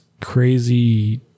crazy